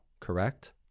correct